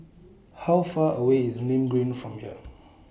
How Far away IS Nim Green from here